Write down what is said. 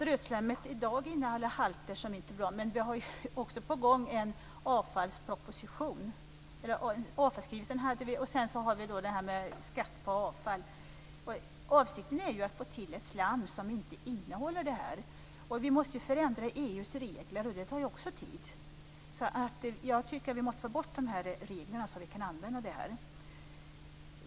Rötslammet innehåller i dag halter som inte är bra. Men det är också på gång en avfallsproposition. Avfallsskrivelsen hade vi, och sedan har vi då det här med skatt på avfall. Avsikten är ju att få till ett slam som inte innehåller det här. Vi måste förändra EU:s regler och det tar också tid. Jag tycker att vi måste få bort de här reglerna så att vi kan använda det här.